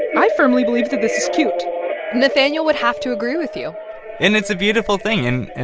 i firmly believe that this is cute nathaniel would have to agree with you and it's a beautiful thing. and, and